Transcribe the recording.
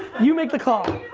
you make the call.